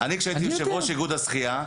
כשהייתי יו"ר איגוד השחייה,